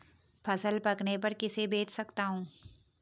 फसल पकने पर किसे बेच सकता हूँ?